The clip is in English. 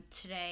today